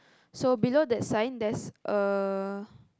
so below that sign there's a